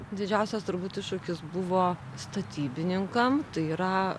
didžiausias turbūt iššūkis buvo statybininkam tai yra